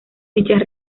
dichas